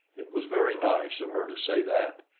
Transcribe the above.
it was very nice of her to say that,